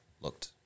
looked